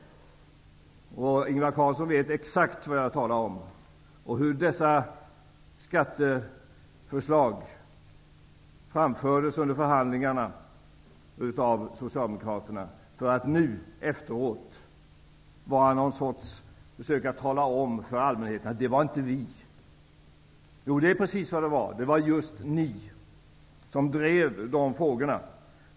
Ingvar Carlsson vet exakt vad jag talar om och hur dessa skatteförslag under förhandlingarna framfördes av Socialdemokraterna. Men nu efteråt försöker man säga till allmänheten: Det var inte vi. Jo, det är precis vad det var. Det var just ni som drev de frågorna.